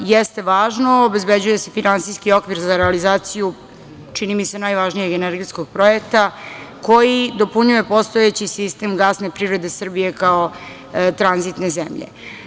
Jeste važno, obezbeđuje se finansijski okvir za realizaciju, čini mi se, najvažnijeg energetskog projekta koji dopunjuje postojeći sistem gasne privrede Srbije kao tranzitne zemlje.